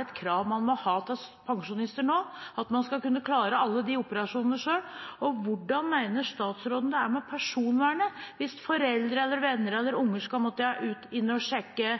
et krav man må ha til pensjonister nå – at man skal kunne klare alle de operasjonene selv? Og hvordan mener statsråden det er med personvernet hvis foreldre, venner eller barn skal måtte gå inn og sjekke